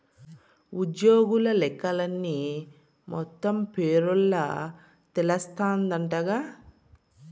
ఉజ్జోగుల లెక్కలన్నీ మొత్తం పేరోల్ల తెలస్తాందంటగా